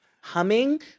Humming